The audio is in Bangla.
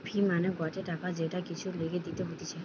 ফি মানে গটে টাকা যেটা কিছুর লিগে দিতে হতিছে